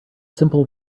simple